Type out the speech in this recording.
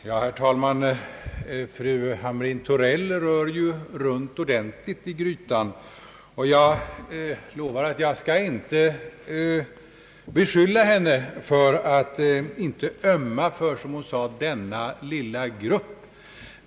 Herr talman! Fru Hamrin-Thorell rör ju om ordentligt i grytan. Jag lovar dock att inte beskylla henne för att inte ömma för, som hon säger, »denna lilla grupp».